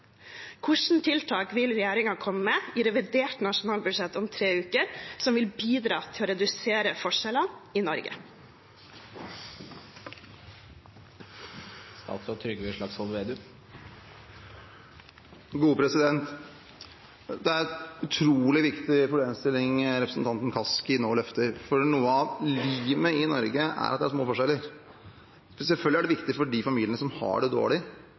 tiltak vil regjeringen komme med i revidert nasjonalbudsjett om tre uker som vil bidra til å redusere forskjellene i Norge? Det er en utrolig viktig problemstilling representanten Kaski nå løfter, for noe av limet i Norge er at det er små forskjeller. Selvfølgelig er det viktig for de familiene som har det dårlig,